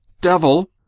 devil